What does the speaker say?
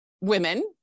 women